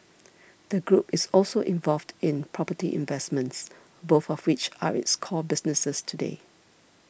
the group is also involved in property investments both of which are its core businesses today